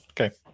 Okay